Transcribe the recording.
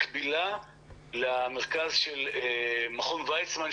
מקבילה למרכז של מכון ויצמן,